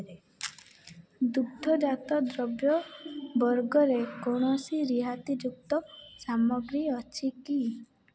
ଦୁଗ୍ଧଜାତ ଦ୍ରବ୍ୟ ବର୍ଗରେ କୌଣସି ରିହାତିଯୁକ୍ତ ସାମଗ୍ରୀ ଅଛି କି